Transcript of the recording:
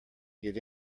get